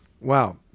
Wow